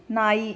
ನಾಯಿ